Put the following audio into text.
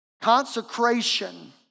Consecration